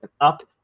Up